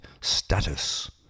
status